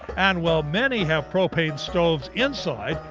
and while many have propane stoves inside,